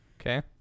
Okay